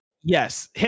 Yes